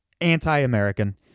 anti-American